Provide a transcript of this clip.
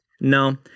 no